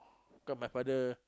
because my father